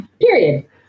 period